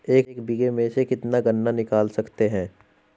एक बीघे में से कितना गन्ना निकाल सकते हैं?